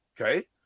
Okay